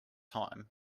time